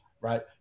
right